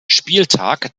spieltag